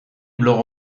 blog